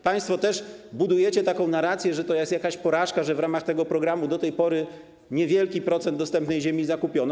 Państwo też budujecie taką narrację, że to jest jakaś porażka, że w ramach tego programu do tej pory niewielki procent dostępnej ziemi zakupiono.